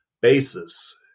basis